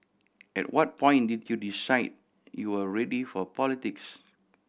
at what point did you decide you were ready for politics